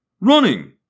Running